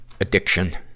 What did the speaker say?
addiction